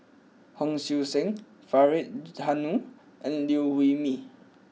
Hon Sui Sen Faridah Hanum and Liew Wee Mee